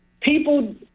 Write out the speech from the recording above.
people